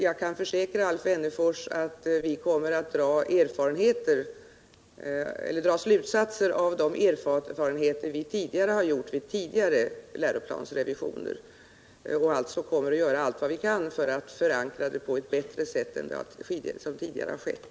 Jag kan dock försäkra Alf Wennerfors att vi kommer att dra slutsatser av de erfarenheter vi har gjort vid tidigare läroplansrevisioner och alltså kommer att göra allt vad vi kan för att förankra den på ett bättre sätt än som tidigare har skett.